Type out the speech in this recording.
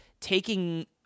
taking